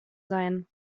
seien